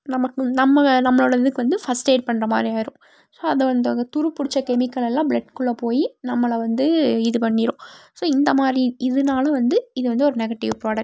நமக்கும் நம்மளை நம்மளோடய இதுக்கு வந்து ஃபஸ்ட் எய்ட் பண்ற மாதிரி ஆயிடும் ஸோ அதை வந்து அங்கே துரு பிடிச்ச கெமிக்கலெல்லாம் பிளட்குள்ளே போய் நம்மளை வந்து இது பண்ணிடும் ஸோ இந்த மாதிரி இதனால வந்து இது வந்து ஒரு நெகட்டிவ் ப்ரோடக்ட்